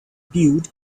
brewed